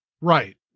right